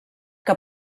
que